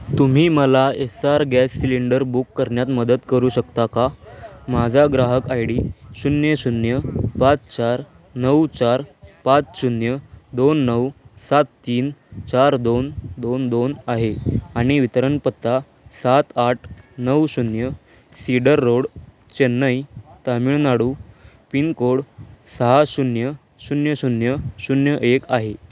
तुम्ही मला SR gas cylinder book करण्यात मदत करू शकता का माझा ग्राहक आय डी शून्य शून्य पाच चार नऊ चार पाच शून्य दोन नऊ सात तीन चार दोन दोन दोन आहे आणि वितरण पत्ता सात आठ नऊ शून्य cedar road Chennai Tamil Nadu pin code सहा शून्य शून्य शून्य शून्य एक आहे